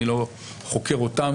אני לא חוקר אותם,